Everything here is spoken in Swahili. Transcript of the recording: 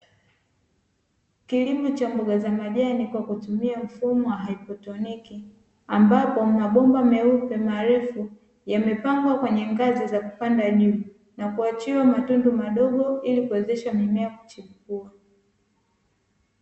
Kiimo cha mboga za majani kwa kutumia mfumo wa haidroponi, ambapo mabomba meupe marefu yamepangwa kwenye ngazi za kupanda ju na kuachiwa matundu madogo, ili kuwezesha mimea kuchipua.